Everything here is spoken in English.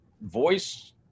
voice